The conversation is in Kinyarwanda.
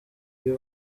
iyo